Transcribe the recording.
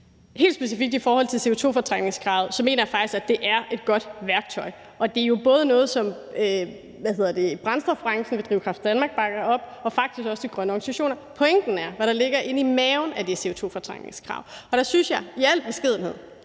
Helt specifikt i forhold til CO2-fortrængningskravet mener jeg faktisk, at det er et godt værktøj. Det er jo noget, som både brændstofbranchen ved Drivkraft Danmark og faktisk også de grønne organisationer bakker op. Pointen er, hvad der ligger inde i maven af det CO2-fortrængningskrav, for der synes jeg i al beskedenhed,